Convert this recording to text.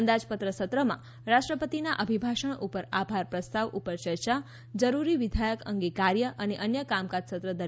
અંદાજપત્ર સત્રમાં રાષટ્રપતિના અભિભાષણ ઉપર આભાર પ્રસ્તાવ ઉપર યર્ચા જરૂરી વિધાયક અંગે કાર્ય અને અન્ય કામકાજ સત્ર દરમિયાન થશે